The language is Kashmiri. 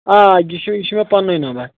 آ یہِ چھُ یہِ چھُ مےٚ پَننُے نَمبَر